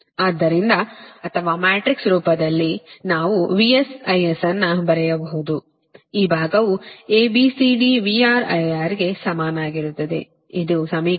ಆದ್ದರಿಂದ ಅಥವಾ ಮ್ಯಾಟ್ರಿಕ್ಸ್ ರೂಪದಲ್ಲಿ ನಾವು VS IS ಅನ್ನು ಬರೆಯಬಹುದು ಈ ಭಾಗವು A B C D VR IR ಗೆ ಸಮಾನವಾಗಿರುತ್ತದೆ ಇದು ಸಮೀಕರಣ 3 ಆಗಿದೆ